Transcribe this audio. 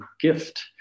gift